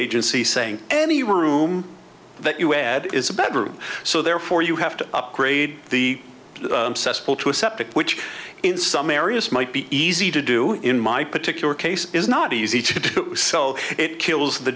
agency saying any room that you add is a bedroom so therefore you have to upgrade the cesspool to a septic which in some areas might be easy to do in my particular case is not easy to do so it kills the